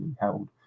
held